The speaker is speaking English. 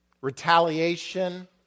retaliation